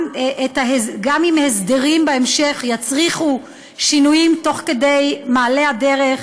גם אם בהמשך הסדרים יצריכו שינויים במעלה הדרך,